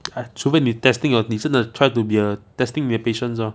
哎除非你 testing 你真的 try to be a testing their patience lor